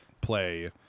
play